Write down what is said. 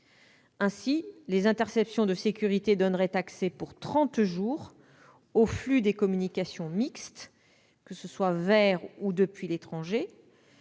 Ainsi, les interceptions de sécurité donneraient accès pour trente jours au flux des communications mixtes, vers ou depuis l'étranger,